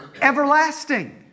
everlasting